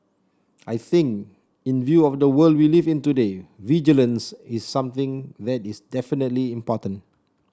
I think in view of the world we live in today vigilance is something that is definitely important